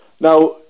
Now